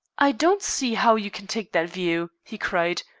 i don't see how you can take that view, he cried.